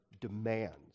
demands